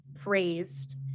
praised